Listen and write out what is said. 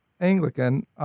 Anglican